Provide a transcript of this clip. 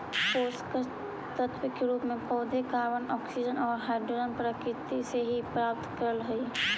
पोषकतत्व के रूप में पौधे कॉर्बन, ऑक्सीजन और हाइड्रोजन प्रकृति से ही प्राप्त करअ हई